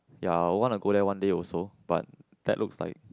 ya I want to go there one day also but that looks like